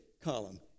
column